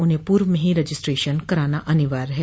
उन्हें पूर्व में ही रजिस्ट्रेशन कराना अनिवार्य है